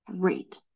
great